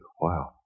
Wow